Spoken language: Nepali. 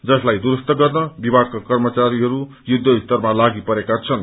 जसलाई दुरूस्त गर्न विभागका कर्मचारीहरू युद्धस्तरमा लागिपरेको छन